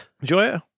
Enjoy